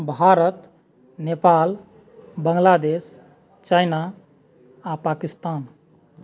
Bharat Nepal Bangladesh China आ पाकिस्तान